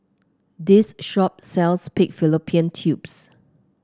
this shop sells Pig Fallopian Tubes